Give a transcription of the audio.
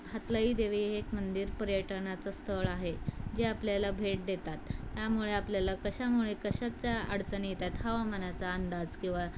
हातलईदेवी हे एक मंदिर पर्यटनाचं स्थळ आहे जे आपल्याला भेट देतात त्यामुळे आपल्याला कशामुळे कशाच्या अडचणी येतात हवामानाचा अंदाज किंवा